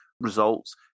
results